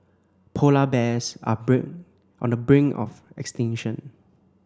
polar bears are on the brink of extinction